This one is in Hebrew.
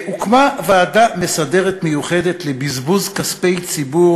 הוקמה ועדה מסדרת מיוחדת לבזבוז כספי ציבור,